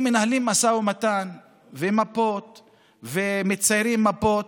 מנהלים משא ומתן ומציירים מפות,